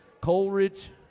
Coleridge